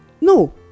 no